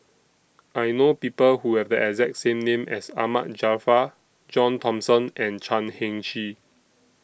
I know People Who Have The exact same name as Ahmad Jaafar John Thomson and Chan Heng Chee